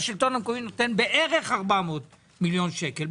השלטון המקומי נותן בערך 400 מיליון שקל,